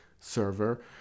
server